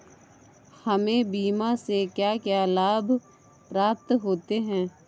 हमें बीमा से क्या क्या लाभ प्राप्त होते हैं?